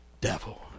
devil